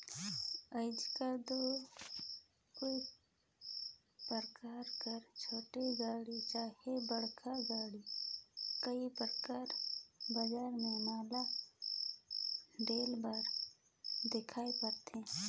आएज काएल दो कइयो परकार कर छोटे गाड़ी चहे बड़खा गाड़ी कइयो परकार बजार में माल डोहे बर दिखई परथे